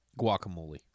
guacamole